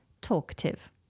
Talkative